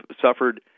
suffered